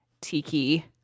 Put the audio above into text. tiki